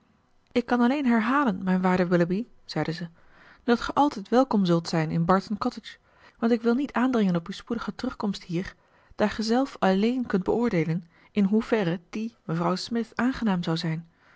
ik kan alleen herhalen mijn waarde willoughby zeide zij dat ge altijd welkom zult zijn in barton cottage want ik wil niet aandringen op uw spoedige terugkomst hier daar ge zelf alleen kunt beoordeelen in hoeverre die mevrouw smith aangenaam zou zijn